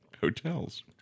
hotels